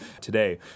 today